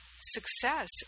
success